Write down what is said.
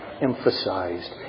emphasized